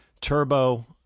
Turbo